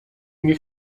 nie